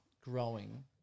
growing